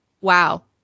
Wow